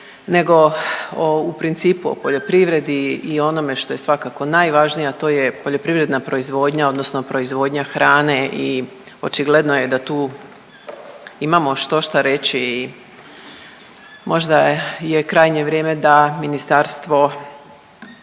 nego u principi o poljoprivredi i onome što je svakako najvažnije a to je poljoprivredna proizvodnja odnosno proizvodnja hrane i očigledno je da tu imamo štošta reći. Možda je krajnje vrijeme da Ministarstvo